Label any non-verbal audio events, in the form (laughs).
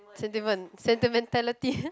sentiment sentimentality (laughs)